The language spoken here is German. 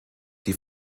die